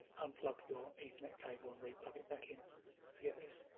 unplug your ethernet cable and replug it back in to get this